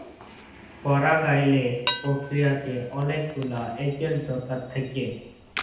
পরাগায়লের পক্রিয়াতে অলেক গুলা এজেল্ট দরকার থ্যাকে